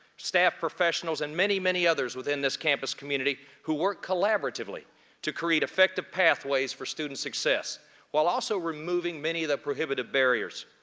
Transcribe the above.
staff professionals and many, many others within this campus community who work collaboratively to create effective pathways for student success while also removing many of the prohibitive barriers.